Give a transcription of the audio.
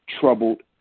troubled